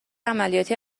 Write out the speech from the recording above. عملیاتی